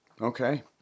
Okay